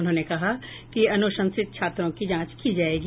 उन्होंने कहा कि अनुशंसित छात्रों की जांच की जायेगी